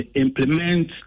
implement